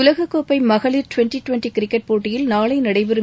உலகக்கோப்பை மகளிர் twenty twenty cricket போட்டியில் நாளை நடைபெறும்